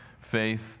faith